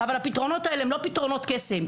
אבל הפתרונות האלה הם לא פתרונות קסם.